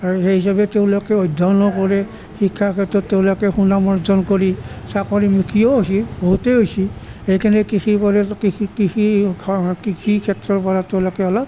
আৰু এই হিচাপে তেওঁলোকে অধ্যয়নো কৰে শিক্ষাৰ ক্ষেত্ৰত তেওঁলোকে সুনাম অৰ্জন কৰি চাকৰিমুখীও হৈছে বহুতে হৈছে সেই কাৰণে কৃষি পৰিয়াল কৃষি কৃষি কৃষি ক্ষেত্ৰৰ পৰা তেওঁলোকে অলপ